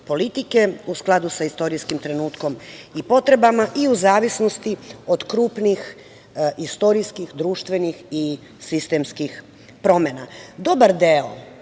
u skladu sa istorijskim trenutkom i potrebama i u zavisnosti od krupnih istorijskih, društvenih i sistemskih promena. Dobar deo